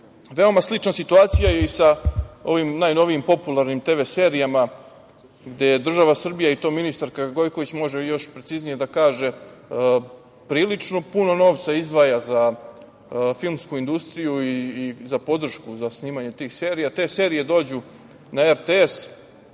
RTS?Veoma slična situacija je i sa ovim najnovijim popularnim TV serijama, gde država Srbija, i to ministarka Gojković može još preciznije da kaže, prilično puno novca izdvaja za filmsku industriju i za podršku za snimanje tih serija. Te serije dođu na RTS,